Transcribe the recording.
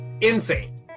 Insane